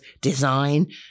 design